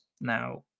Now